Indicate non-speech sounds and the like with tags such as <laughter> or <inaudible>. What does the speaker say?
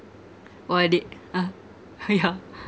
what are they ah yeah <laughs>